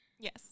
Yes